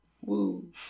Woo